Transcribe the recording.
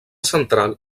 central